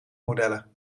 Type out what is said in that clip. modellen